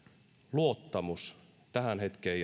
luottamus tähän hetkeen